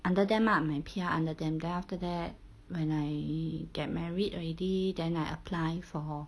under them ah my P_R under them then after that when I get married already then I apply for